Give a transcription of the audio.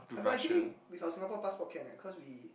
but actually with our Singapore passport can eh cause we